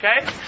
okay